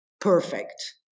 perfect